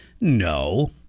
No